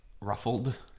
ruffled